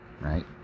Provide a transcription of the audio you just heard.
right